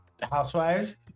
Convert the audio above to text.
housewives